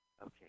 Okay